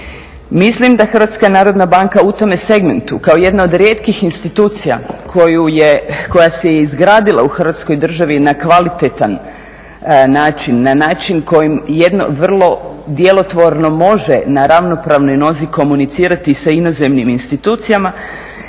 Mislim da HNB u tom segmentu kao jedna o rijetkih institucija koja se izgradila u Hrvatskoj državi na kvalitetan način, na način kojim jedno vrlo djelotvorno može na ravnopravnoj nozi komunicirati sa inozemnim institucijama,